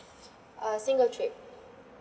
a single trip